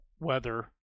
Weather